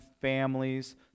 families